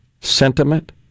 sentiment